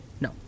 no